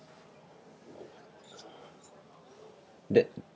that